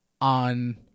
on